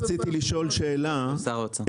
שר האוצר.